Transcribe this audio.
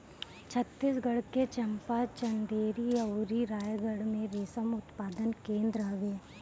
छतीसगढ़ के चंपा, चंदेरी अउरी रायगढ़ में रेशम उत्पादन केंद्र हवे